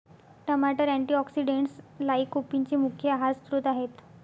टमाटर अँटीऑक्सिडेंट्स लाइकोपीनचे मुख्य आहार स्त्रोत आहेत